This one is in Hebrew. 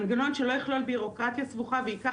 מנגנון שלא יכלול ביורוקרטיה סבוכה וייקח